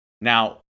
now